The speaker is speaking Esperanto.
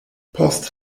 post